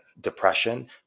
depression